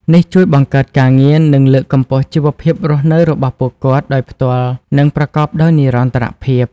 នេះជួយបង្កើតការងារ និងលើកកម្ពស់ជីវភាពរស់នៅរបស់ពួកគាត់ដោយផ្ទាល់និងប្រកបដោយនិរន្តរភាព។